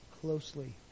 closely